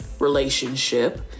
relationship